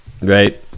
right